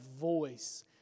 voice